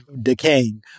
decaying